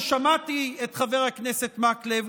ושמעתי את חבר הכנסת מקלב,